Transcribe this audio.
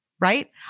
right